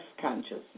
consciousness